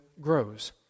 grows